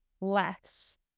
less